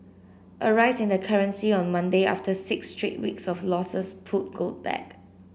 a rise in the currency on Monday after six straight weeks of losses pulled gold back